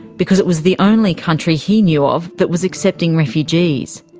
because it was the only country he knew of that was accepting refugees.